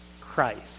Christ